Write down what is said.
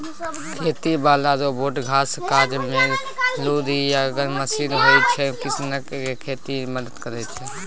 खेती बला रोबोट खास काजमे लुरिगर मशीन होइ छै किसानकेँ खेती मे मदद करय छै